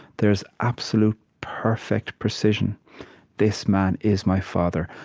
there's absolute perfect precision this man is my father.